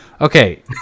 Okay